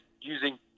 using